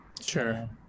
Sure